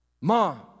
mom